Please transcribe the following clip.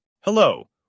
Hello